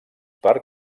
per